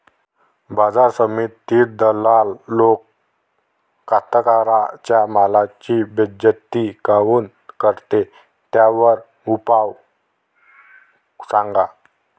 बाजार समितीत दलाल लोक कास्ताकाराच्या मालाची बेइज्जती काऊन करते? त्याच्यावर उपाव सांगा